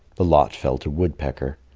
the lot fell to woodpecker.